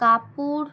Kapoor